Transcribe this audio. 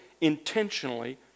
intentionally